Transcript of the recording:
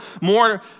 more